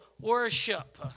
worship